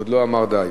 עוד לא אמר די.